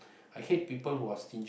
I hate people who are stingy